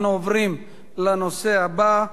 אנחנו עוברים לנושא הבא: